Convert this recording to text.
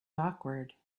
awkward